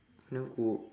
never cook